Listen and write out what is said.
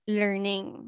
learning